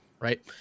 right